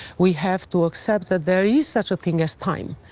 we have to accept that there is such a thing as time.